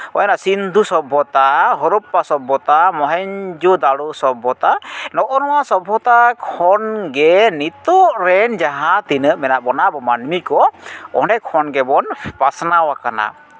ᱚᱸᱰᱮᱱᱟᱜ ᱥᱤᱱᱫᱷᱩ ᱥᱚᱵᱵᱷᱚᱛᱟ ᱦᱚᱨᱚᱯᱯᱟ ᱥᱚᱵᱵᱷᱚᱛᱟ ᱢᱚᱦᱮᱧᱡᱳ ᱫᱟᱲᱳ ᱥᱚᱵᱵᱷᱚᱛᱟ ᱱᱚᱜᱼᱚ ᱱᱚᱣᱟ ᱥᱚᱵᱵᱷᱚᱛᱟ ᱠᱷᱚᱱᱜᱮ ᱱᱤᱛᱚᱜ ᱨᱮᱱ ᱡᱟᱦᱟᱸ ᱛᱤᱱᱟᱹᱜ ᱢᱮᱱᱟᱜ ᱵᱚᱱᱟ ᱟᱵᱚ ᱢᱟᱹᱱᱢᱤ ᱠᱚ ᱚᱸᱰᱮ ᱠᱷᱚᱱ ᱜᱮᱵᱚᱱ ᱯᱟᱥᱱᱟᱣ ᱠᱟᱱᱟ